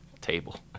table